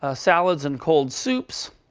ah salads, and cold soups.